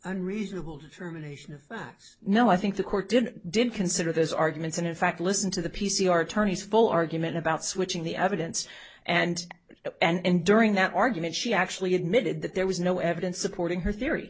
unreasonable determination of us no i think the court did didn't consider those arguments and in fact listen to the p c r attorney's full argument about switching the evidence and that and during that argument she actually admitted that there was no evidence supporting her theory